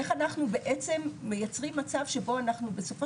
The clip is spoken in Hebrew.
איך אנחנו בעצם מייצרים מצב שבו אנחנו בסופו